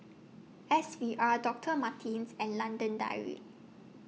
S V R Doctor Martens and London Dairy